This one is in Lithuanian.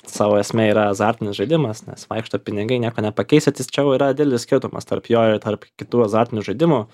savo esme yra azartinis žaidimas nes vaikšto pinigai nieko nepakeisi tačiau yra didelis skirtumas tarp jo ir tarp kitų azartinių žaidimų